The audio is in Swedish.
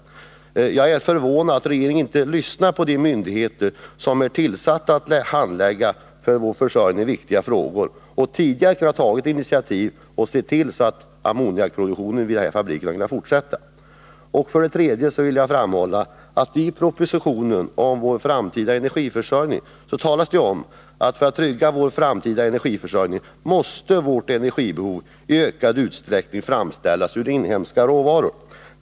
Jag är förvånad över att regeringen inte lyssnar till de myndigheter som är tillsatta för att handlägga för vår försörjning viktiga frågor och att regeringen inte tidigare tagit initiativ och sett till att ammoniakproduktionen vid den här fabriken kan fortsätta. För det tredje vill jag framhålla att det i propositionen om vår framtida energiförsörjning talas om att vårt energibehov måste i ökad utsträckning framställas ur inhemska råvaror för att vi skall kunna trygga denna vår framtida energiförsörjning.